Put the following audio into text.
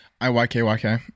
I-Y-K-Y-K